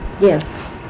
Yes